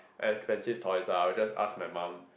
and expensive toys lah I would just ask my mum